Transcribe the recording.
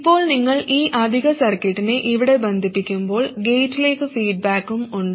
ഇപ്പോൾ നിങ്ങൾ ഈ അധിക സർക്യൂട്ടിനെ ഇവിടെ ബന്ധിപ്പിക്കുമ്പോൾ ഗേറ്റിലേക്ക് ഫീഡ്ബാക്കും ഉണ്ട്